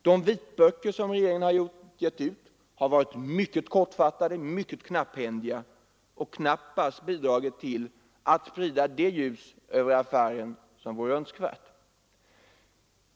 De vitböcker som regeringen har gett ut har varit kortfattade, och de har knappast bidragit till att sprida det ljus över affären som vore önskvärt.